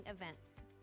events